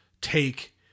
take